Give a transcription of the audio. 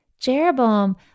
Jeroboam